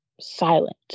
silent